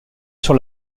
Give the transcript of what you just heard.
sur